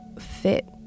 fit